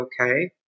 okay